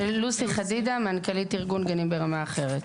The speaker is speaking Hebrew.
אני מנכ"לית ארגון גנים ברמה אחרת.